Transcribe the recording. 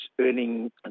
earning